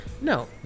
No